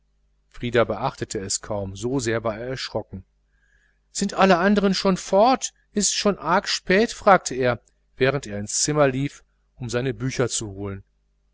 frieder beachtete es kaum so sehr war er erschrocken sind alle andern schon fort ist's schon arg spät fragte er während er ins zimmer lief um seine bücher zu holen